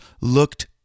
looked